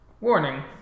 Warning